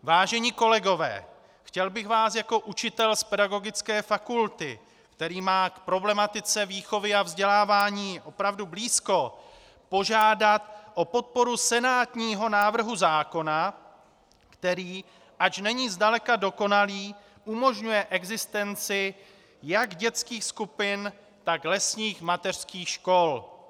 Vážení kolegové, chtěl bych vás jako učitel z pedagogické fakulty, který má k problematice výchovy a vzdělávání opravdu blízko, požádat o podporu senátního návrhu zákona, který, ač není zdaleka dokonalý, umožňuje existenci jak dětských skupin, tak lesních mateřských škol.